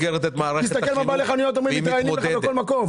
תשמע מה בעלי חנויות מתראיינים בכל מקום.